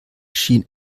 schien